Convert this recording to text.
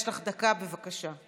יש לך דקה, בבקשה.